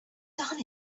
done